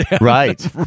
Right